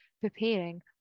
preparing